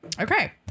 Okay